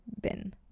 bin